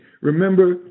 Remember